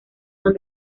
son